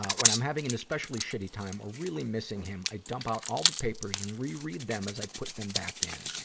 when i'm having an especially shitty time or really missing him, i dump out all the papers and reread them as i put them back it.